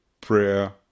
Prayer